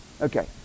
okay